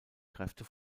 kräfte